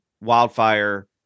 wildfire